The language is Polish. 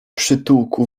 przytułku